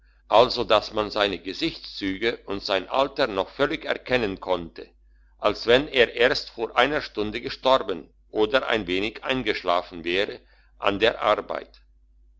also daß man seine gesichtszüge und sein alter noch völlig erkennen konnte als wenn er erst vor einer stunde gestorben oder ein wenig eingeschlafen wäre an der arbeit